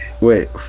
Wait